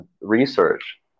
research